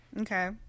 Okay